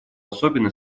особенно